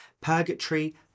Purgatory